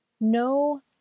No